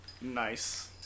Nice